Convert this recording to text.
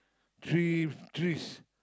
three trees